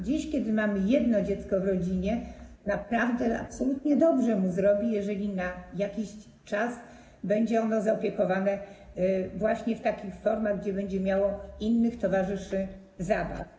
Dziś, kiedy mamy jedno dziecko w rodzinie, naprawdę absolutnie dobrze mu zrobi, jeżeli na jakiś czas będzie ono zaopiekowane właśnie w takich formach, gdzie będzie miało towarzyszy zabaw.